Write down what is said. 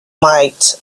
might